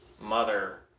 Mother